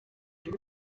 ibi